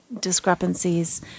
discrepancies